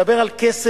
אני מדבר על כסף